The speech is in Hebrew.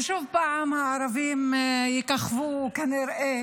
ושוב, הערבים יככבו כנראה